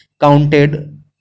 counted